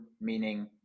meaning